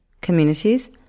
communities